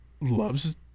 loves